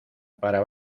para